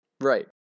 right